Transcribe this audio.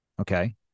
okay